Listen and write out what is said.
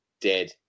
dead